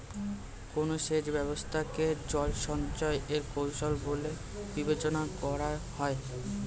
কোন সেচ ব্যবস্থা কে জল সঞ্চয় এর কৌশল বলে বিবেচনা করা হয়?